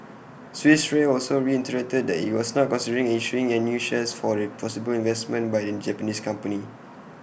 Swiss re also reiterated that IT was not considering issuing and new shares for the possible investment by the Japanese company